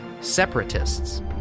separatists